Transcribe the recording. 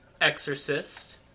exorcist